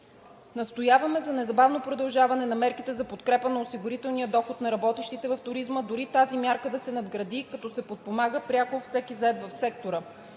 Настояваме за незабавно продължаване на мерките за подкрепа на осигурителния доход на работещите в туризма, дори тази мярка да се надгради, като се подпомага пряко всеки зает в сектора,